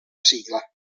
sigla